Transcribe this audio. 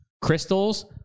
Crystals